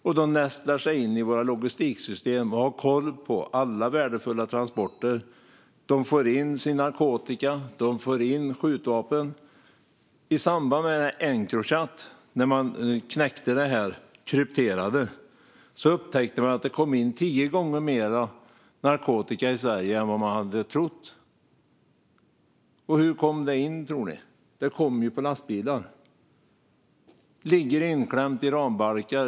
Och de nästlar sig in i våra logistiksystem och har koll på alla värdefulla transporter. De får in sin narkotika. De får in skjutvapen. I samband med att krypteringen i Encrochat knäcktes upptäckte man att det kom in tio gånger mer narkotika i Sverige än man hade trott. Och hur kommer det in tror ni? Det kommer på lastbilar. Det ligger inklämt i rambalkar.